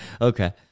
Okay